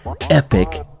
Epic